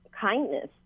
kindness